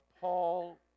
Paul